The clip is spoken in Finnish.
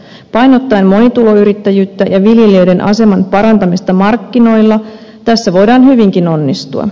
painottaen monituloyrittäjyyttä ja viljelijöiden aseman parantamista markkinoilla tässä voidaan hyvinkin onnistua